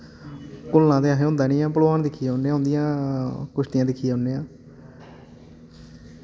घुलना ते असें होंदा निं ऐ पलवान दिक्खी औने उं'दियां कुश्तियां दिक्खी औने आं